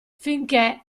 finché